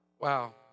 Wow